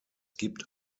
gibt